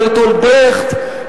ברטולד ברכט,